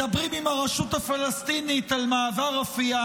מדברים עם הרשות הפלסטינית על מעבר רפיח,